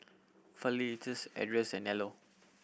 Felicitas Ardyce and Nello